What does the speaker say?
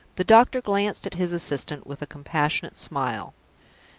the doctor glanced at his assistant with a compassionate smile.